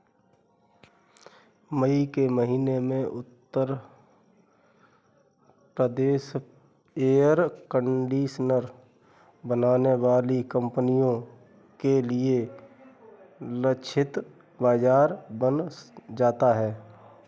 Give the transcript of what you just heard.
मई के महीने में उत्तर प्रदेश एयर कंडीशनर बनाने वाली कंपनियों के लिए लक्षित बाजार बन जाता है